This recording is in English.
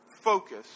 focus